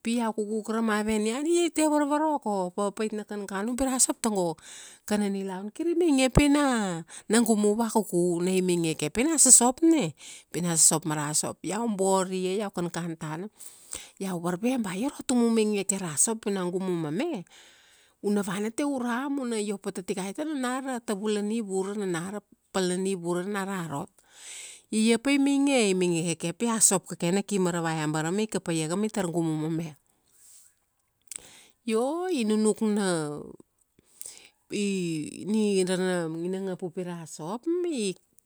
pi iau kukuk ra mave nian, ia itie varvaroko. Papapait na kankan upi ra sop tago, kana nilaun kiri mainge pina, na gumu vakuku. Na i mainge ke pina sosop na. Pina sosop ma ra sop. Iau bor ia, iau kankan tana, iau varve ba ioro tumu u mainge ke ra sop puna gumu mame, una vana te ura ma una io pa tatikai ta nana ra tavula nivura, nana ra pal na nivura nana rarot. Ia pai mainge. I mainge kake pi a sop kake na ki maravai ma i kapa iaka ma i tar gumu mame. Io, i nunuk na, i, i, ra na nginangap upi ra sop i,